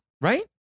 Right